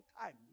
time